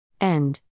End